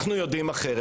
אנחנו יודעים אחרת.